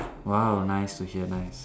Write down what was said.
!wow! nice to hear nice